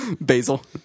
Basil